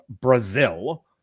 brazil